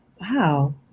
Wow